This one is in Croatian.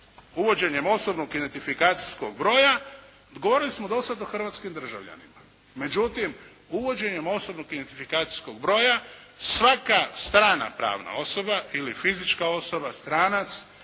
uvođenjem osobnog identifikacijskog broja govorili smo do sada o hrvatskim državljanima. Međutim, uvođenjem osobnog identifikacijskog broja svaka strana pravna osoba ili fizička osoba stranac